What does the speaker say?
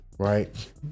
Right